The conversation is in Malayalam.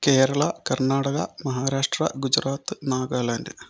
കേരള കർണാടക മഹാരാഷ്ട്ര ഗുജറാത്ത് നാഗാലാൻഡ്